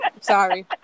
sorry